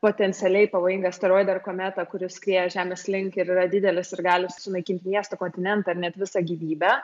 potencialiai pavojingą asteroidą ar kometą kuri skrieja žemės link ir yra didelis ir gali sunaikinti miestą kontinentą ar net visą gyvybę